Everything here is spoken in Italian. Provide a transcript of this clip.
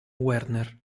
werner